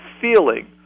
feeling